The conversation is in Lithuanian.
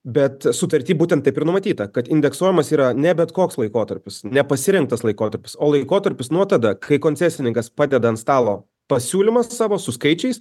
bet sutarty būtent taip ir numatyta kad indeksuojamas yra ne bet koks laikotarpius ne pasirinktas laikotarpis o laikotarpis nuo tada kai koncesininkas padeda ant stalo pasiūlymą savo su skaičiais